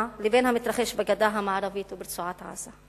לבין המתרחש בגדה המערבית וברצועת-עזה.